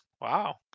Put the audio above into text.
Wow